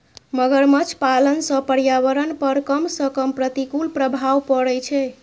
मगरमच्छ पालन सं पर्यावरण पर कम सं कम प्रतिकूल प्रभाव पड़ै छै